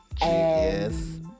Yes